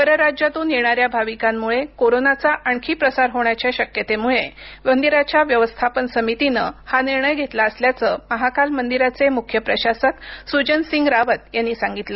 परराज्यातून येणाऱ्या भाविकांमुळे कोरोनाचा आणखी प्रसार होण्याच्या शक्यतेमुळे मंदिराच्या व्यवस्थापन समितीनं हा निर्णय घेतला असल्याचं महाकाल मंदिराचे मुख्य प्रशासक सुजन सिंग रावत यांनी सांगितलं